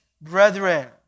brethren